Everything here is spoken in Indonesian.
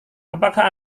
apakah